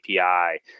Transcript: API